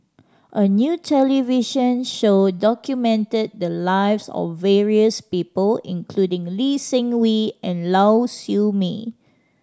a new television show documented the lives of various people including Lee Seng Wee and Lau Siew Mei